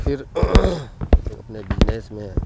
پھر ایک اپنے بزنس میں